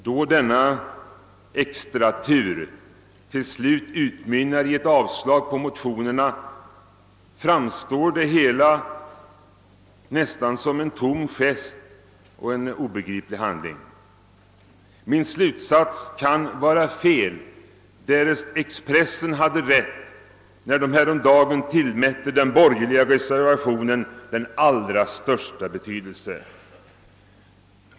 Då denna extratur till slut utmynnar i ett yrkande om avslag på motionerna, framstår det nästan som en tom gest och en obegriplig handling. Min slutsats kan vara felaktig — Expressen tillmätte häromdagen den borgerliga reservationen den allra största betydelse.